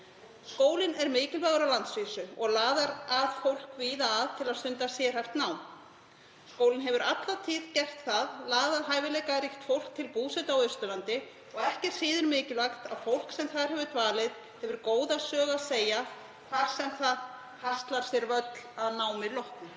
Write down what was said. Skólinn er mikilvægur á landsvísu og laðar að fólk víða að til að stunda sérhæft nám. Skólinn hefur alla tíð laðað hæfileikaríkt fólk til búsetu á Austurlandi og ekki er síður mikilvægt að fólk sem þar hefur dvalið hefur góða sögu að segja þegar það haslar sér völl að námi loknu.